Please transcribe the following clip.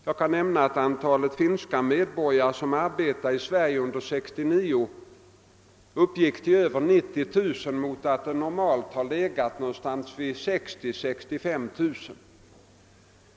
Jag kan nämna att antalet finska medborgare som arbetade i Sverige under 1969 uppgick till över 90 000; tidigare har det normalt varit cirka 65 000 personer.